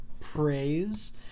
praise